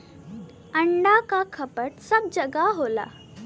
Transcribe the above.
अंडा क खपत सब जगह होला